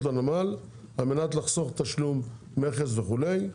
לנמל על מנת לחסוך תשלום מכס וכו'.